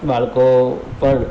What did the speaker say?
બાળકો પણ